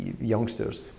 youngsters